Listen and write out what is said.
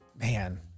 man